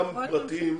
חברות ממשלתיות.